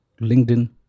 LinkedIn